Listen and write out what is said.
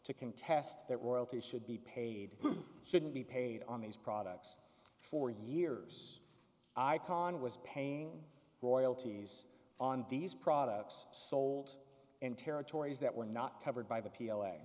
to contest that royalty should be paid shouldn't be paid on these products for years i can was paying royalties on these products sold in territories that were not covered by the p l